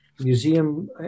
Museum